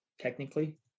technically